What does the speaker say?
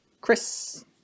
Chris